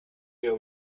you